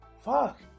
fuck